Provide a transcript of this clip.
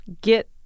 get